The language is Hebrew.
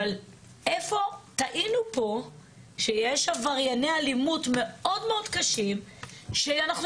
אבל איפה טעינו פה שיש עברייני אלימות מאוד מאוד קשים שאנחנו